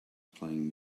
playing